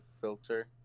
filter